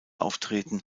auftreten